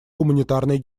гуманитарной